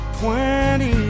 twenty